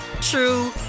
true